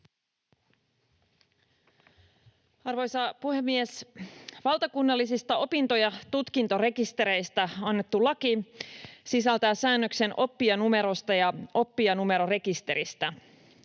Arvoisa puhemies! Valtakunnallisista opinto- ja tutkintorekistereistä annettu laki sisältää säännöksen oppijanumerosta ja oppijanumerorekisteristä.